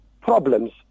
problems